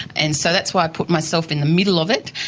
and so that's why i put myself in the middle of it,